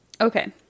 Okay